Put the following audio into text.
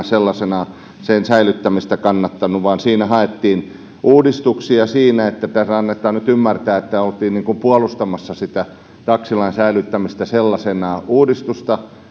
sellaisenaan säilyttämistä kannattanut vaan siinä haettiin uudistuksia täällähän annetaan nyt ymmärtää että oltiin niin kuin puolustamassa sitä taksilain säilyttämistä sellaisenaan uudistusta